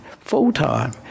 full-time